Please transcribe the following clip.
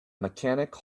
mechanic